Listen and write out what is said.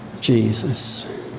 Jesus